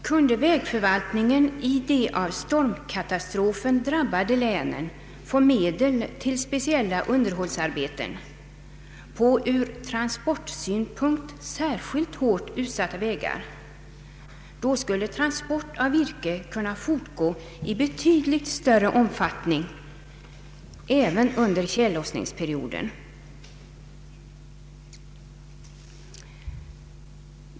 Kunde vägförvaltningen i de av stormkatastrofen drabbade länen få medel till speciella underhållsarbeten på från transportsynpunkt särskilt hårt utsatta vägar, skulle transporten av virke kunna fortgå i betydligt större omfattning även under tjällossningsperioden.